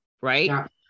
Right